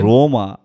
Roma